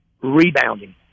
rebounding